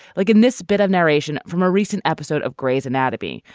like in this bit of narration from a recent episode of grey's anatomy,